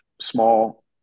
small